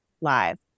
live